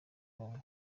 congo